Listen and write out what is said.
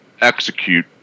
execute